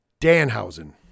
Danhausen